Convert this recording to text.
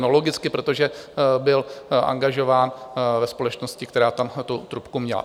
No logicky, protože byl angažován ve společnosti, která tam tu trubku měla.